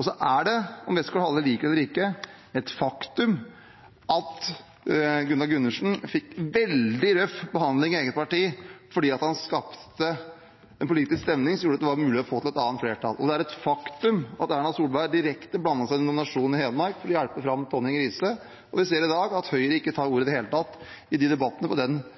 Og det er, om Westgaard-Halle liker det eller ikke, et faktum at Gunnar Gundersen fikk veldig røff behandling av eget parti fordi han skapte en politisk stemning som gjorde at det var mulig å få til et annet flertall. Det er et faktum at Erna Solberg blandet seg direkte inn i nominasjonen i Hedmark for å hjelpe fram Tonning Riise, og vi ser i dag at Høyre ikke tar ordet i det hele tatt i de debattene på den